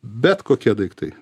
bet kokie daiktai